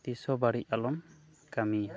ᱛᱤᱥᱦᱚᱸ ᱵᱟᱹᱲᱤᱡ ᱟᱞᱚᱢ ᱠᱟᱹᱢᱤᱭᱟ